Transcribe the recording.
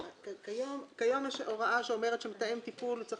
כיום יש הוראה שאומרת שמתאם טיפול צריך